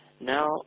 Now